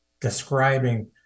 describing